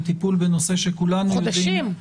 לטיפול בנושא שכולנו יודעים --- חודשים.